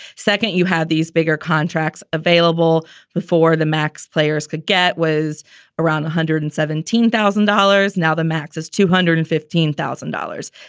second, you have these bigger contracts available before the max players could get was around one hundred and seventeen thousand dollars. now the max is two hundred and fifteen thousand dollars.